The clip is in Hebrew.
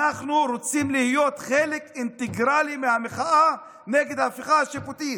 אנחנו רוצים להיות חלק אינטגרלי מהמחאה נגד ההפיכה השיפוטית.